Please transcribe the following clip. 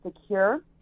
secure